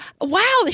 Wow